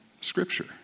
Scripture